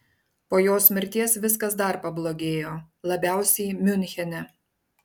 po jos mirties viskas dar pablogėjo labiausiai miunchene